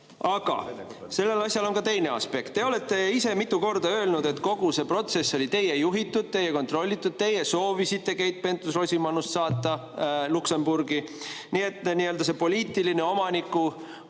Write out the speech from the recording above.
Aga sellel asjal on ka teine aspekt. Te olete ise mitu korda öelnud, et kogu see protsess oli teie juhitud, teie kontrollitud. Teie soovisite Keit Pentus-Rosimannust saata Luksemburgi. Nii et see nii-öelda poliitiline omanikutõend